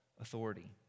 authority